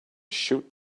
shoot